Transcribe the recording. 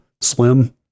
slim